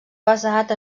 basat